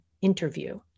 interview